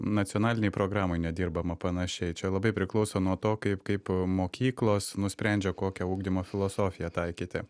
nacionalinėj programoj nedirbama panašiai čia labai priklauso nuo to kaip kaip mokyklos nusprendžia kokią ugdymo filosofiją taikyti